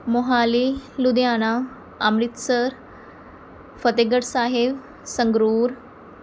Mohali Ludhiana Amritsar Fatehgarh Sahib Sangrur